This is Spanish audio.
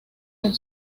del